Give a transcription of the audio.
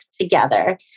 together